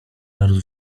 naród